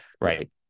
right